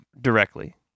directly